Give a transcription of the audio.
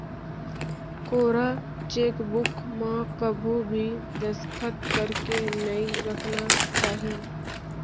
कोरा चेकबूक म कभू भी दस्खत करके नइ राखना चाही